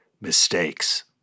mistakes